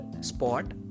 spot